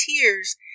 tears